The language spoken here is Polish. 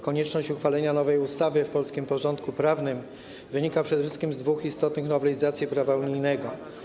Konieczność uchwalenia nowej ustawy w polskim porządku prawnym wynika przede wszystkim z dwóch istotnych nowelizacji prawa unijnego.